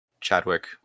chadwick